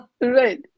right